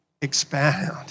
expand